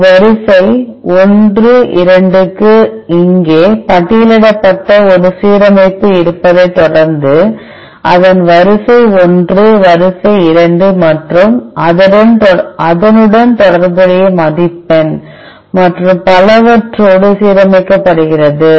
ஒரு வரிசை 1 2 க்கு இங்கே பட்டியலிடப்பட்ட ஒரு சீரமைப்பு இருப்பதைத் தொடர்ந்து அதன் வரிசை 1 வரிசை 2 மற்றும் அதனுடன் தொடர்புடைய மதிப்பெண் மற்றும் பலவற்றோடு சீரமைக்கப்படுகிறது